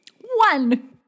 One